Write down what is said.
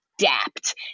adapt